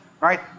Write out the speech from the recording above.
right